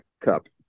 cup